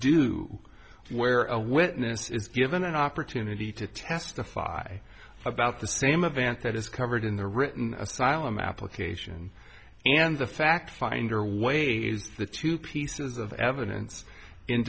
due where a witness is given an opportunity to testify about the same event that is covered in the written asylum application and the fact finder way is the two pieces of evidence in